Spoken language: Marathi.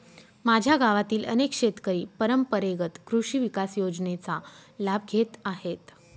माझ्या गावातील अनेक शेतकरी परंपरेगत कृषी विकास योजनेचा लाभ घेत आहेत